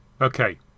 okay